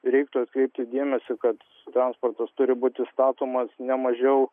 reiktų atkreipti dėmesį kad transportas turi būti statomas ne mažiau